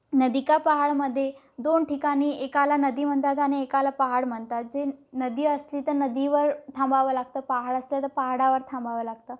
नदी का पहाडमध्ये दोन ठिकाणी एकाला नदी म्हणतात आणि एकाला पहाड म्हणतात जे नदी असली तर नदीवर थांबावं लागतं पहाड असलं तर पहाडावर थांबावं लागतं